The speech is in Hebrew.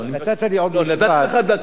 נתתי לך דקה.